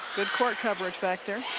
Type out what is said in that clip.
good court coverage back there.